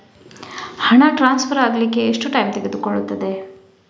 ಹಣ ಟ್ರಾನ್ಸ್ಫರ್ ಅಗ್ಲಿಕ್ಕೆ ಎಷ್ಟು ಟೈಮ್ ತೆಗೆದುಕೊಳ್ಳುತ್ತದೆ?